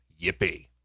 Yippee